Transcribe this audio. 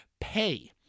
pay